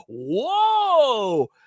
Whoa